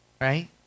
Right